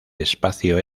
espacio